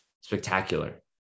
spectacular